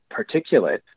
particulate